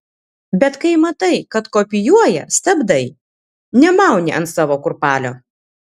bet kai matai kad kopijuoja stabdai nemauni ant savo kurpalio